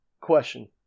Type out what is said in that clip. question